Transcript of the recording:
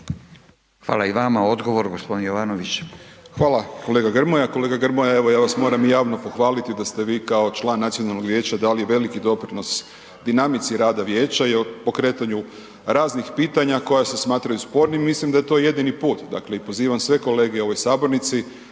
Hvala i vama. Odgovor gospodin Jovanović. **Jovanović, Željko (SDP)** Hvala kolega Grmoja, kolega Grmoja evo ja vas moram i javno pohvaliti da ste vi kao član nacionalnog vijeća dali veliki doprinos dinamici rada vijeća i o pokretanju raznih pitanja koja se smatraju spornim, mislim da je to jedini put. Dakle, i pozivam sve kolege u ovoj sabornici,